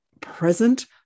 present